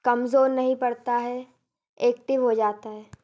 कमज़ोर नहीं पड़ता है एक्टिव हो जाता है